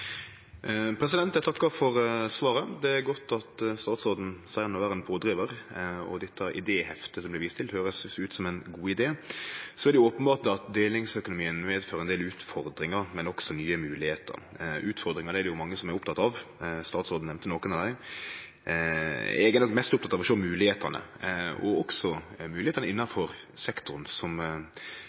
Eg takkar for svaret. Det er godt at statsråden seier han vil vere ein pådrivar, og dette idéheftet som det blir vist til, høyrest ut som ein god idé. Så er det openbert at delingsøkonomien medfører ein del utfordringar, men også nye moglegheiter. Utfordringar er det jo mange som er opptekne av – statsråden nemnde nokre av dei. Eg er mest oppteken av å sjå moglegheitene, også moglegheitene innanfor sektoren som